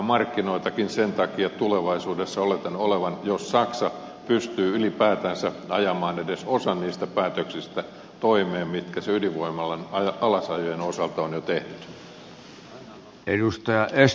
markkinoitakin oletan sen takia tulevaisuudessa olevan jos saksa ylipäätänsä pystyy panemaan toimeen edes osan niistä päätöksistä jotka se ydinvoimaloiden alasajojen osalta on jo tehnyt